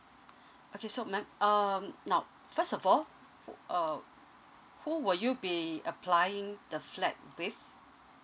okay so ma'am uh now first of all uh who will you be applying the flat with